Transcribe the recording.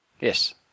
Yes